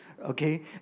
okay